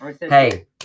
hey